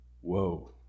whoa